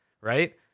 right